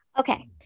Okay